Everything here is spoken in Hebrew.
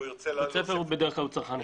בית ספר הוא צרכן אחד.